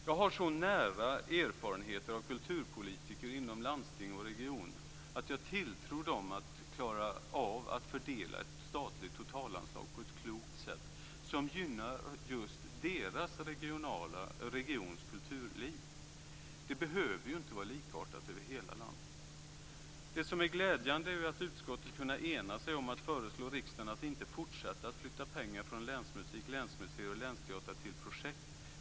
Jag har så nära erfarenheter av kulturpolitiker inom landsting och regioner att jag tilltror dem att klara av att fördela ett statligt totalanslag på ett klokt sätt som gynnar just deras regions kulturliv. Det behöver ju inte vara likartat över hela landet. Det som är glädjande är att utskottet kunnat ena sig om att föreslå riksdagen att inte fortsätta att flytta pengar från länsmusik, länsmuseer och länsteatrar till projekt.